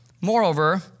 Moreover